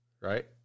Right